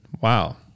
Wow